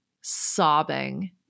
sobbing